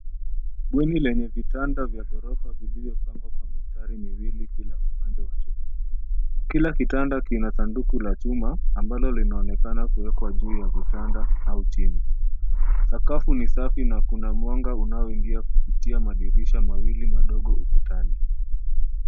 Bweni lenye vitanda vya ghorofa vilivyopangwa kwa mistari miwili kila upande wa chumba. Kila kitanda kina Sanduku la chuma ambalo linaonekana kuwekwa juu ya kitanda au chini. Sakafu ni safi na kuna mwanga unaoingia kupitia madirisha mawili madogo ukutani.